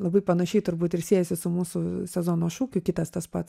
labai panašiai turbūt ir siejasi su mūsų sezono šūkiu kitas tas pats